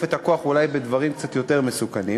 את הכוח אולי בדברים קצת יותר מסוכנים.